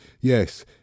Yes